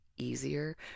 easier